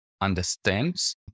understands